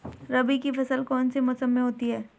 रबी की फसल कौन से मौसम में होती है?